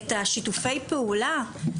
את השיתופי פעולה,